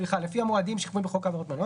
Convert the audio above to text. לפי העניין,